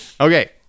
Okay